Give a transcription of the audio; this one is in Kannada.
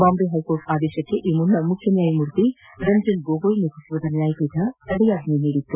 ಬಾಂಬೆ ಹೈಕೋರ್ಟ್ ಆದೇಶಕ್ಕೆ ಈ ಮುನ್ನ ಮುಖ್ಯ ನ್ಯಾಯಮೂರ್ತಿ ರಂಜನ್ ಗೊಗೋಯ್ ನೇತೃತ್ವದ ನ್ಯಾಯಪೀಠ ತಡೆಯಾಜ್ಞೆ ನೀಡಿತ್ತು